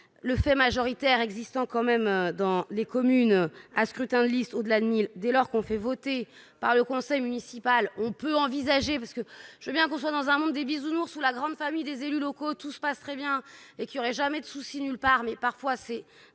le fait majoritaire existant quand même dans les communes à scrutin liste au-delà de 1000 dès lors qu'on fait voter par le conseil municipal, on peut envisager parce que je veux bien qu'on soit dans un monde des bisounours sous la grande famille des élus locaux, tout se passe très bien et qui aurait jamais de soucis nulle part, mais parfois c'est